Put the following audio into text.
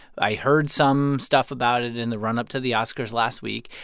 i heard some stuff about it in the runup to the oscars last week.